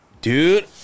Dude